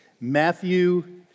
Matthew